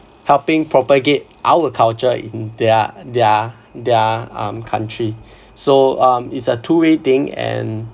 helping propagate our culture in their their their um country so um it's a two way thing and